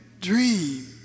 dream